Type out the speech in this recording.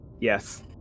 Yes